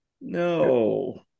no